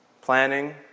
planning